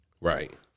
Right